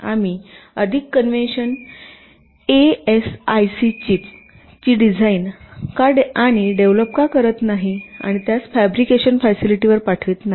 आम्ही अधिक convention ASIC chip ची डिझाईन आणि डेव्हलप का करीत नाही आणि त्यास फॅब्रिकेशन फॅसिलिटीवर पाठवित नाही